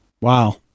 Wow